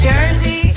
Jersey